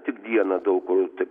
tik dieną daug kur taip